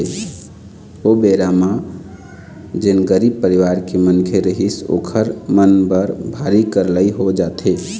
ओ बेरा म जेन गरीब परिवार के मनखे रहिथे ओखर मन बर भारी करलई हो जाथे